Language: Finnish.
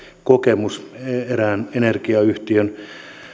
kokemus erään energiayhtiön